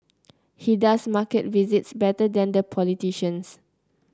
he does market visits better than the politicians